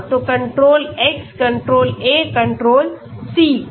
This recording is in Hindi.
हाँ तो control X control A control C